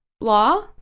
law